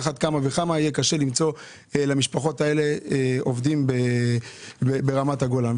על אחת כמה וכמה יהיה קשה למצוא למשפחות העלה עבודה ברמת הגולן.